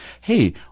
hey